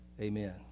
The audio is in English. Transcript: Amen